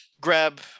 grab